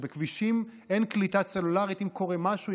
שבכבישים אין קליטה סלולרית אם קורה משהו,